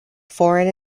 foreign